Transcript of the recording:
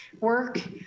work